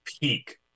peak